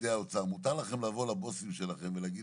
פקידי האוצר: מותר לכם לבוא לבוסים שלכם ולהגיד